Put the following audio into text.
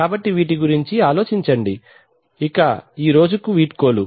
కాబట్టి వీటి గురించి ఆలోచించండి మరియు ఇక ఈ రోజు కు వీడ్కోలు